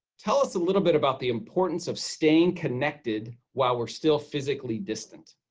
tell us a little bit about the importance of staying connected while we're still physically distant.